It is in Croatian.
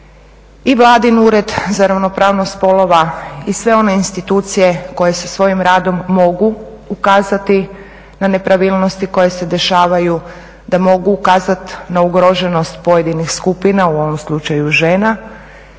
i vladin Ured za ravnopravnost spolova i sve one institucije koje sa svojim radom mogu ukazati na nepravilnosti koje se dešavaju, da mogu ukazat na ugroženost pojedinih skupina, u ovom slučaju žena